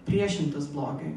priešintis blogiui